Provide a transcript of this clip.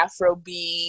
Afrobeat